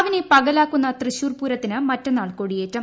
രാവിനെ പകലാക്കുന്ന തൃശ്ശൂർ ് ്പൂരത്തിന് മറ്റന്നാൾ കൊടിയേറ്റം